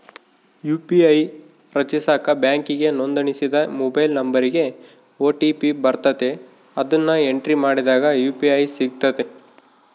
UPI ರಚಿಸಾಕ ಬ್ಯಾಂಕಿಗೆ ನೋಂದಣಿಸಿದ ಮೊಬೈಲ್ ನಂಬರಿಗೆ ಓ.ಟಿ.ಪಿ ಬರ್ತತೆ, ಅದುನ್ನ ಎಂಟ್ರಿ ಮಾಡಿದಾಗ ಯು.ಪಿ.ಐ ಸಿಗ್ತತೆ